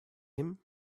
him